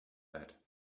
that